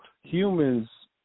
humans